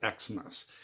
Xmas